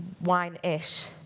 wine-ish